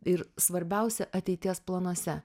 ir svarbiausia ateities planuose